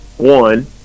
one